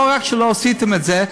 לא רק שלא עשיתם את זה,